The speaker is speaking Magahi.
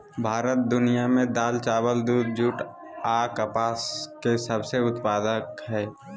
भारत दुनिया में दाल, चावल, दूध, जूट आ कपास के सबसे उत्पादन हइ